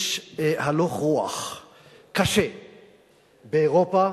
יש הלך-רוח קשה באירופה